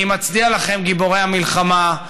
אני מצדיע לכם, גיבורי המלחמה.